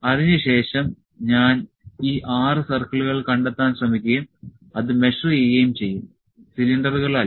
അതിനുശേഷം ഞാൻ ഈ 6 സർക്കിളുകൾ കണ്ടെത്താൻ ശ്രമിക്കുകയും അത് മെഷർ ചെയ്യുകയും ചെയ്യും സിലിണ്ടറുകളല്ല